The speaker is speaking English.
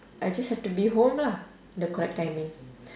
I just have to be home lah the correct timing